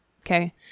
okay